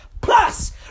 Plus